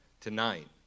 Tonight